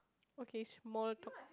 okay small talk